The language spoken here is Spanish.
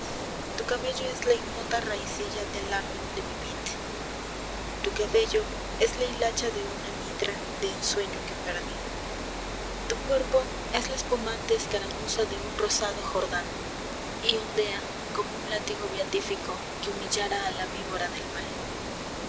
tu cabello es la ignota raicilla del árbol de mi vid tu cabello es la hilacha de una mitra de ensueño que perdí tu cuerpo es la espunante escaramuza de un rosado jordán y ondea como un látigo beatificó que humillara a la víbora del mal